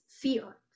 fear